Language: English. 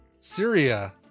Syria